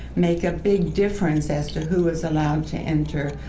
make a big difference as to who is allowed to enter,